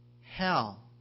hell